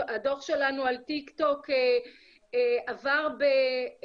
הדו"ח שלנו על טיק טוק עבר באמת,